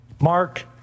Mark